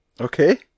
Okay